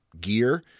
gear